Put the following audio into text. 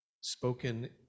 spoken